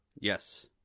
yes